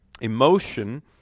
Emotion